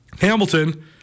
Hamilton